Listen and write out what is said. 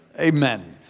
amen